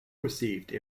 received